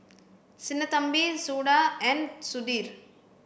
Sinnathamby Suda and Sudhir